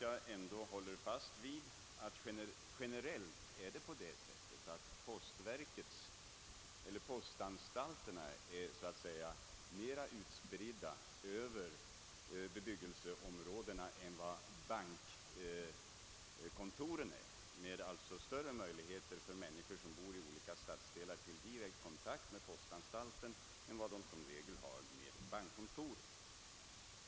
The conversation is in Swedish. Jag håller fast vid att det generellt är så, att postanstalterna är mera utspridda över bebhyggelseområdena än vad bankkontoren är med större möjligheter för människor som bor i olika stadsdelar till direkt kontakt med postanstalterna än vad de i regel har med bankkontoren.